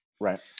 Right